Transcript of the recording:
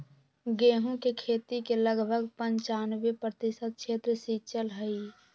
गेहूं के खेती के लगभग पंचानवे प्रतिशत क्षेत्र सींचल हई